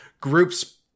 groups